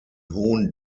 hohen